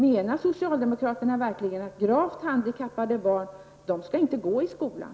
Menar verkligen socialdemokraterna att gravt handikappade barn inte skall gå i skolan?